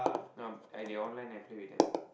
um they online then I play with them